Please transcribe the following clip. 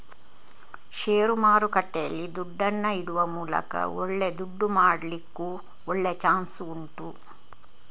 ಷೇರು ಮಾರುಕಟ್ಟೆಯಲ್ಲಿ ದುಡ್ಡನ್ನ ಇಡುವ ಮೂಲಕ ಒಳ್ಳೆ ದುಡ್ಡು ಮಾಡ್ಲಿಕ್ಕೂ ಒಳ್ಳೆ ಚಾನ್ಸ್ ಉಂಟು